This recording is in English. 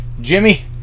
Jimmy